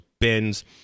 bins